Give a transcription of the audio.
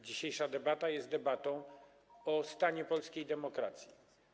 Dzisiejsza debata jest debatą o stanie polskiej demokracji.